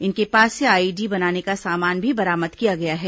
इनके पास से आईईडी बनाने का सामान भी बरामद किया गया है